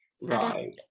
Right